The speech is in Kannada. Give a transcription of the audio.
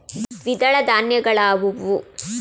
ದ್ವಿದಳ ಧಾನ್ಯಗಳಾವುವು?